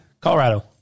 Colorado